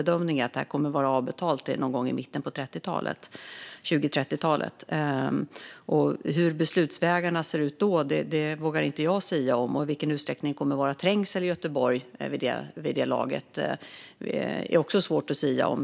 Bedömningen är att paketet kommer att vara avbetalat till någon gång i mitten av 2030-talet. Hur beslutsvägarna ser ut då vågar inte jag sia om, och i vilken utsträckning det kommer att vara trängsel i Göteborg vid det laget är också svårt att sia om.